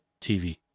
TV